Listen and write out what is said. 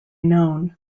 known